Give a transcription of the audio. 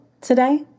today